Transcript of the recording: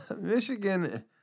Michigan